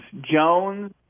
Jones